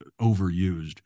overused